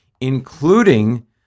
including